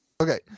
okay